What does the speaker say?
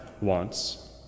wants